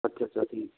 ਅੱਛਾ ਅੱਛਾ ਠੀਕ